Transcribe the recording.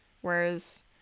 whereas